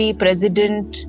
president